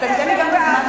אתה נותן לי גם את הזמן,